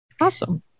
Awesome